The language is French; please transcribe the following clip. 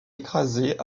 écrasée